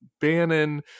bannon